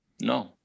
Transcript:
No